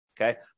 Okay